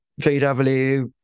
VW